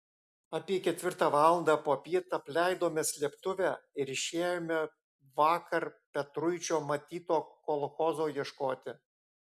apie ketvirtą valandą popiet apleidome slėptuvę ir išėjome vakar petruičio matyto kolchozo ieškoti